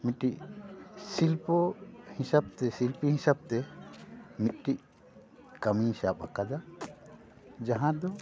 ᱢᱤᱫᱴᱤᱱ ᱥᱤᱞᱯᱳ ᱦᱤᱥᱟᱹᱵ ᱛᱮ ᱥᱤᱞᱯᱤ ᱦᱤᱥᱟᱹᱵ ᱛᱮ ᱢᱤᱫᱴᱤᱱ ᱠᱟᱹᱢᱤᱧ ᱥᱟᱵ ᱟᱠᱟᱫᱟ ᱡᱟᱦᱟᱸ ᱫᱚ